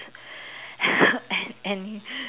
and